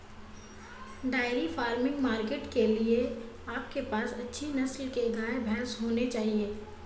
dairy farming market के लिए आपके पास अच्छी नस्ल के गाय, भैंस होने चाहिए